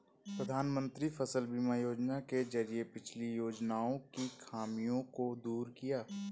प्रधानमंत्री फसल बीमा योजना के जरिये पिछली योजनाओं की खामियों को दूर किया